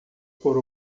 por